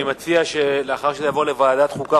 אני מציע שלאחר שזה יעבור לוועדת החוקה,